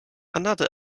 another